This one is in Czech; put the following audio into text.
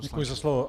Děkuji za slovo.